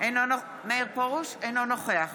אינו נוכח